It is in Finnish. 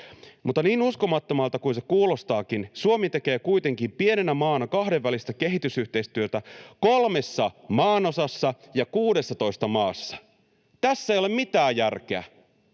Niin uskomattomalta kuin se kuulostaakin, Suomi tekee kuitenkin pienenä maana kahdenvälistä kehitysyhteistyötä kolmessa maanosassa ja 16 maassa. Tässä ei ole mitään järkeä.